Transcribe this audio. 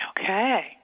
Okay